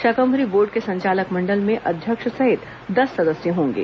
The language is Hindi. शाकम्भरी बोर्ड के संचालक मंडल में अध्यक्ष सहित दस सदस्य होंगे